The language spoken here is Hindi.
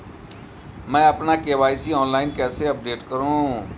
मैं अपना के.वाई.सी ऑनलाइन कैसे अपडेट करूँ?